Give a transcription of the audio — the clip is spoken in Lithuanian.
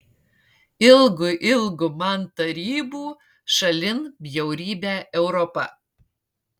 ilgu ilgu man tarybų šalin bjaurybę europą